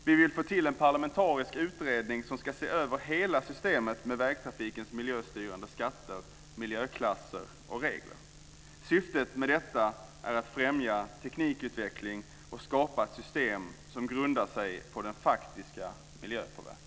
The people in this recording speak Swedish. Vi vill få till stånd en parlamentarisk utredning som ska se över hela systemet med vägtrafikens miljöstyrande skatter, miljöklasser och regler. Syftet med detta är att främja teknikutveckling och skapa ett system som grundar sig på faktisk miljöpåverkan.